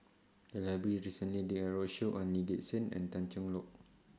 The Library recently did A roadshow on Lee Gek Seng and Tan Cheng Lock